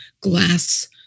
glass